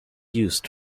used